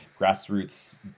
grassroots